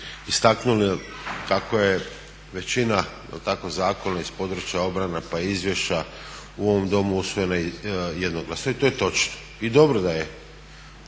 istaknuli kako je većina jel tako zakona iz područja obrane, pa izvješća u ovom domu usvojena jednoglasno i to je točno, i dobro da je